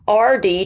RD